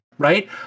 Right